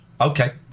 Okay